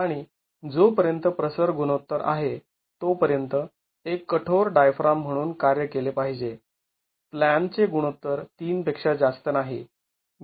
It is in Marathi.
आणि जोपर्यंत प्रसर गुणोत्तर आहे तोपर्यंत एक कठोर डायफ्राम म्हणून कार्य केले पाहिजे प्लॅन चे गुणोत्तर ३ पेक्षा जास्त नाही